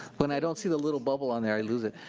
when i don't see the little bubble on there, i lose it.